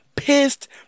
pissed